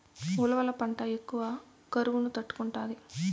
ఉలవల పంట ఎక్కువ కరువును తట్టుకుంటాది